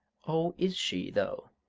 oh, is she, though?